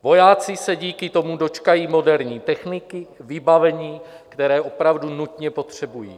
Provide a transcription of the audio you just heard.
Vojáci se díky tomu dočkají moderní techniky, vybavení, které opravdu nutně potřebují.